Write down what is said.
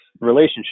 relationship